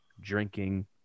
drinking